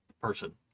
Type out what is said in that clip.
person